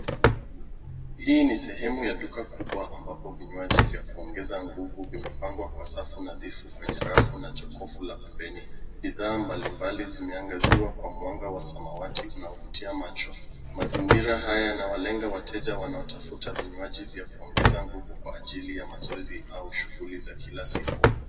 Hii ni sehemu ya duka kubwa ambapo vinywaji vya kuongeza nguvu vimepangwa kwa safu nadhifu kwenye rafu na jokofu la pembeni. Bidhaa mbalimbali zimeangaziwa kwa mwanga wa samawati unaovutia macho. Mazingira haya yanawalenga wateja wanaotafuta vinywaji vya kuongeza nguvu kwa ajili ya mazoezi au shughuli za kila siku.